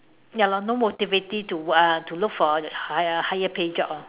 ya lor no motivation uh to look for higher higher pay job lor